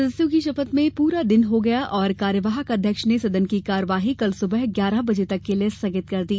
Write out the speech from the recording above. सदस्यों की शपथ में पूरा दिन हो गया और कार्यवाहक अध्यक्ष ने सदन की कार्यवाही कल सुबह ग्यारह बजे तक के लिए स्थगित कर दी